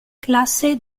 classe